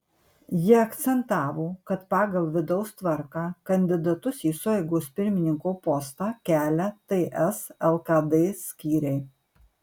ji akcentavo kad pagal vidaus tvarką kandidatus į sueigos pirmininko postą kelia ts lkd skyriai